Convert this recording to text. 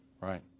Right